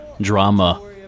drama